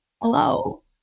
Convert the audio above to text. Hello